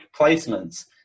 placements